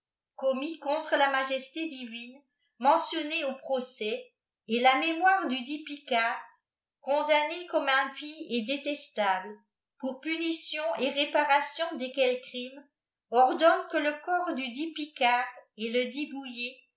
commis contre la majesté divine mentiolinés au procès et la mémoire dudit picard condamnée commeimpie et détestable pour punition et réparation desquels crimes ordonne que le corps dudit picard et ledit